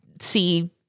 see